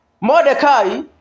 Mordecai